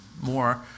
more